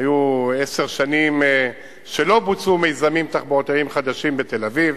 היו עשר שנים שלא בוצעו מיזמים תחבורתיים חדשים בתל-אביב.